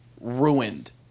ruined